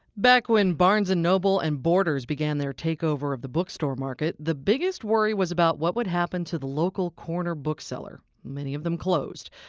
back when barnes and noble and borders began their takeover of the bookstore market, the biggest worry was about what would happen to the local corner bookseller. many of them closed.